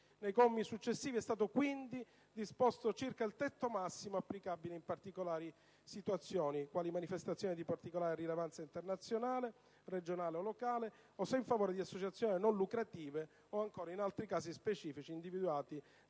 Nei commi successivi è stato quindi disposto circa il tetto massimo applicabile in determinate situazioni, quali manifestazioni di particolare rilevanza internazionale, regionale, locale o se in favore di associazioni non lucrative, o ancora in altri casi specifici individuati dal legislatore.